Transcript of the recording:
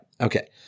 Okay